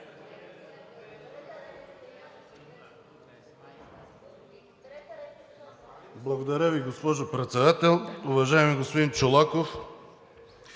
Благодаря Ви, госпожо Председател. Уважаеми господин Чолаков,